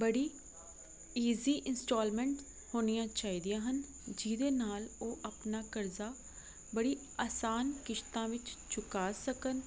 ਬੜੀ easy installment ਹੋਣੀਆਂ ਚਾਹੀਦੀਆਂ ਹਨ ਜਿਹਦੇ ਨਾਲ ਉਹ ਆਪਣਾ ਕਰਜ਼ਾ ਬੜੀ ਆਸਾਨ ਕਿਸ਼ਤਾਂ ਵਿੱਚ ਚੁਕਾ ਸਕਣ